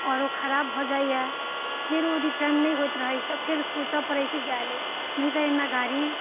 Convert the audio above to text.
आओर ओ खराब भऽ जाइए फेर ओ रिटर्न नहि होइत रहै छै फेर सोचऽ पड़ै छै जाइ लेल नहि तऽ एहिना गाड़ी